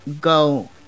go